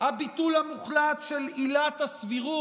הביטול המוחלט של עילת הסבירות.